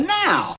now